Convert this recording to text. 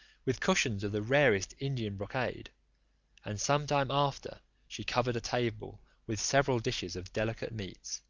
with cushions of the rarest indian brocade and some time after she covered a table with several dishes of delicate meats.